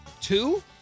Two